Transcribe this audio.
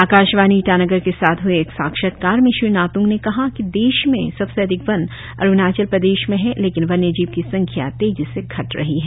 आकाशवाणी ईटानगर के साथ हए एक साक्षात्कार में श्री नातंग ने कहा कि देश में सबसे अधिक वन अरुणाचल प्रदेश में है लेकिन वन्यजीव की संख्या तेजी से घट रही है